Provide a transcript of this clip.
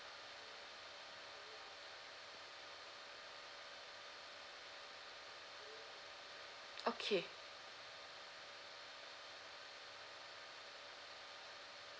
okay